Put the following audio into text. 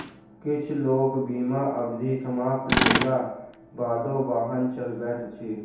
किछ लोक बीमा अवधि समाप्त भेलाक बादो वाहन चलबैत अछि